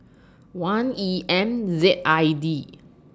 one E M Z I D